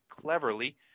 cleverly